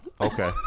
Okay